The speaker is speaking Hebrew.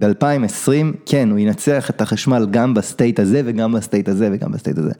ב-2020, כן, הוא ינצח את החשמל גם בסטייט הזה וגם בסטייט הזה וגם בסטייט הזה.